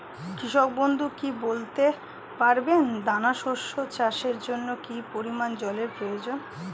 কৃষক বন্ধু কি বলতে পারবেন দানা শস্য চাষের জন্য কি পরিমান জলের প্রয়োজন?